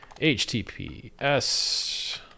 https